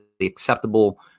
acceptable